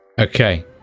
Okay